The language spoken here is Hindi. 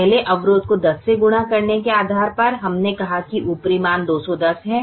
पहले अवरोध को 10 से गुणा करने के आधार पर हमने कहा कि ऊपरी अनुमान 210 है